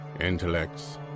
intellects